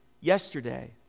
Yesterday